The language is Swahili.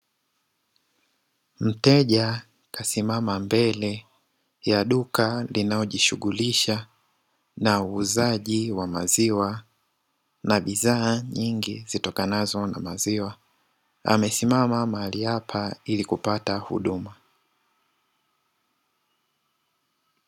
Mteja kasimama mbele ya duka linaojishughulisha na uuzaji wa maziwa, na bidhaa nyingi zitokanazo na maziwa, amesimama mahali hapa ili kupata huduma.